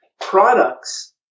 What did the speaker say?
Products